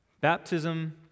Baptism